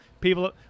people –